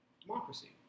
democracy